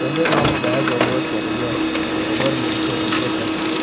सबे गाँव म गाय गरुवा चरइया बरोबर मनसे रहिबे करथे